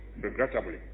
regrettably